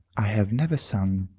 i have never sung,